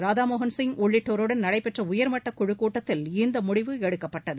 ராதாமோகன் சிங் உள்ளிட்டோருடன் நடைபெற்ற உயர்மட்டக் குழுக் கூட்டத்தில் இந்த முடிவு எடுக்கப்பட்டது